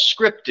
scripted